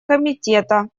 комитета